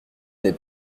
n’est